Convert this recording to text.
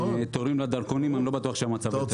תורים לדרכונים אני לא בטוח שהמצב יותר טוב.